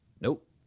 Nope